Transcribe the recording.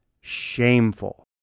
shameful